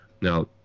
now